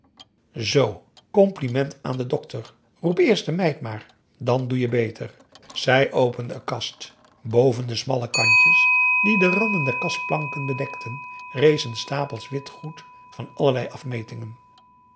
zoo compliment aan den dokter roep eerst de meid maar dan doe je beter zij opende een kast boven de smalle kantjes die de randen der kastplanken bedekten rezen stapels wit goed van allerlei afmetingen